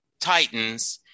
Titans